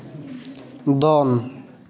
ᱫᱚᱱ